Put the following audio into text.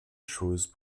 chose